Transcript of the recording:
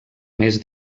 més